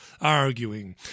arguing